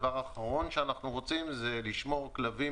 הדבר האחרון שאנחנו רוצים זה לשמור כלבים